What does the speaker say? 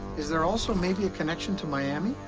is there also maybe a connection to miami?